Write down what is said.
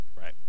Right